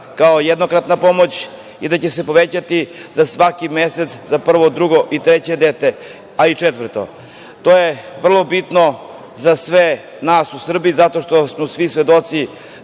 kao jednokratna pomoć i da će se povećati za svaki mesec za prvo, drugo, treće dete, a i četvrto? To je vrlo bitno za sve nas u Srbiji zato što smo svi svedoci